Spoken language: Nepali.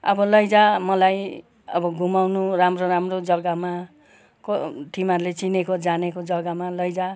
अब लैजा मलाई अब घुमाउनु राम्रो राम्रो जग्गामा को तिमीहरूले चिनेको जानेको जग्गामा लैजा